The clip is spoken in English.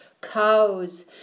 Cows